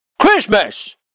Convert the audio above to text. Christmas